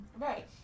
Right